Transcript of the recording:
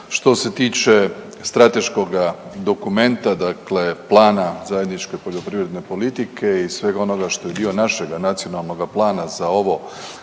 Što se tiče strateškoga dokumenta, dakle plana zajedničke poljoprivredne politike i svega onoga što je dio našega nacionalnoga plana za ovo